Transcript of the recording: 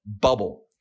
bubble